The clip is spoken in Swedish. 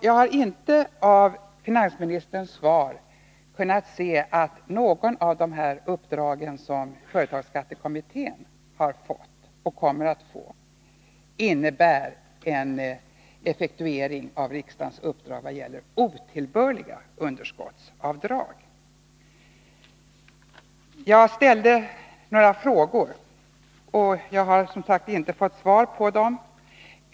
Jag har inte av finansministerns svar kunnat se att något av de uppdrag som företagsskattekommittén har fått och kommer att få innebär en effektuering av riksdagens uppdrag i vad gäller otillbörliga underskottsavdrag. Jag ställde några frågor, och jag har som sagt inte fått svar på dem.